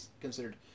considered